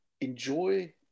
enjoy